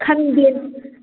ꯈꯪꯗꯦ